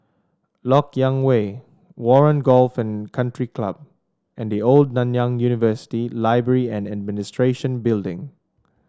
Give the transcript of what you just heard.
LoK Yang Way Warren Golf and Country Club and The Old Nanyang University Library and Administration Building